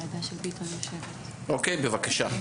בבקשה,